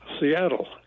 Seattle